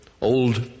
old